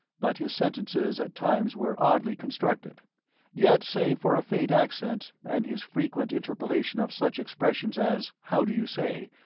but his sentences at times were oddly constructed yet, save for a faint accent, and his frequent interpolation of such expressions as how do you say?